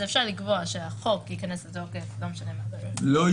אפשר לקבוע שהחוק ייכנס לתוקף ב-1 בינואר,